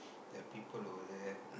their people over there